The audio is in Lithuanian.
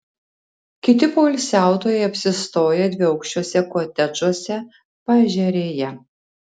kiti poilsiautojai apsistoję dviaukščiuose kotedžuose paežerėje